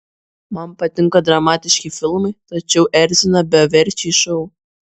man patinka dramatiški filmai tačiau erzina beverčiai šou